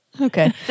Okay